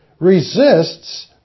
Resists